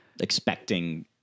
expecting